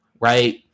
Right